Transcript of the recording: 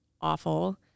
awful